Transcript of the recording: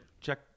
check